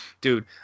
dude